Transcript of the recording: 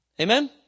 Amen